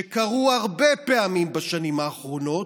שקרו הרבה פעמים בשנים האחרונות,